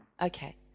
okay